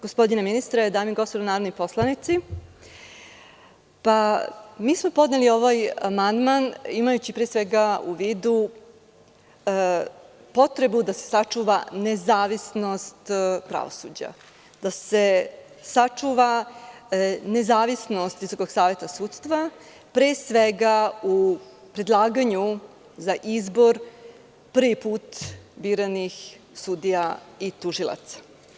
Gospodine ministre, dame i gospodo narodni poslanici, mi smo podneli ovaj amandman imajući pre svega u vidu potrebu da se sačuva nezavisnost pravosuđa, da se sačuva nezavisnost Visokog saveta sudstva pre svega u predlaganju za izbor prvi put biranih sudija i tužilaca.